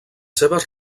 seves